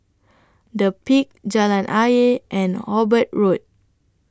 The Peak Jalan Ayer and Hobart Road